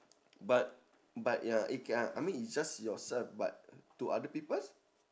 but but ya eh K I I mean it's just yourself but to other people